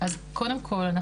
אז קודם כל,